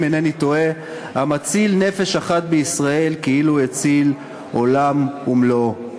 אם אינני טועה: המציל נפש אחת בישראל כאילו הציל עולם ומלואו.